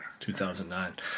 2009